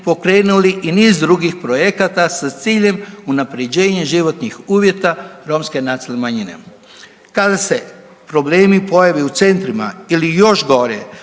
pokrenuli i niz drugih projekata sa ciljem unaprjeđenja životnih uvjeta romske nacionalne manjine. Kada se problemi pojave u centrima ili još gore